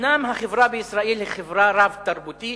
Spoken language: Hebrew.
אומנם החברה בישראל היא חברה רב-תרבותית,